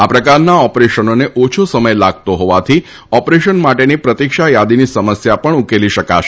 આ પ્રકારના ઓપરેશનોને ઓછો સમય લાગતો હોવાથી ઓપરેશન માટેની પ્રતીક્ષા યાદીની સમસ્યા પણ ઉકેલી શકાશે